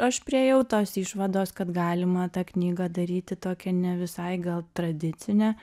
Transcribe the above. aš priėjau tos išvados kad galima tą knygą daryti tokią ne visai gal tradicinę